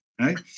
right